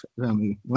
family